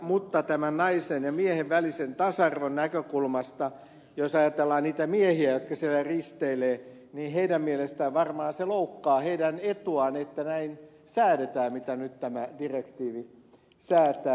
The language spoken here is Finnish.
mutta tämän naisen ja miehen välisen tasa arvon näkökulmasta jos ajatellaan niitä miehiä jotka siellä risteilevät niin heidän mielestään varmaan se loukkaa heidän etuaan että näin säädetään mitä nyt tämä direktiivi säätää